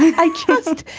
i just.